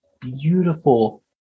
beautiful